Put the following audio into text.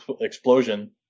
explosion